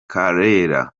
karera